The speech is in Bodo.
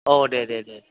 औ दे दे दे